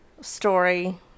story